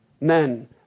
men